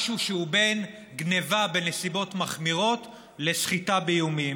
משהו שהוא בין גנבה בנסיבות מחמירות לסחיטה באיומים.